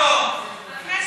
גם לא.